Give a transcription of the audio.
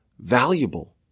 valuable